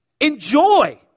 Enjoy